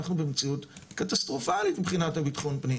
אנחנו במציאות קטסטרופלית מבחינת ביטחון הפנים.